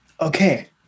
okay